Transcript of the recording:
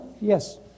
yes